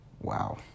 Wow